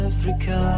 Africa